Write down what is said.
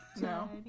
No